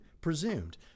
presumed